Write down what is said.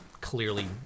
clearly